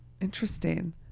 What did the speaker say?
interesting